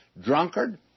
drunkard